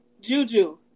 Juju